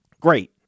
Great